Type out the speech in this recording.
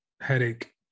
headache